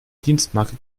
dienstmarke